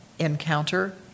encounter